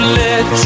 let